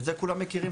וזה כולם מכירים,